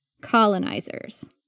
colonizers